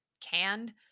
canned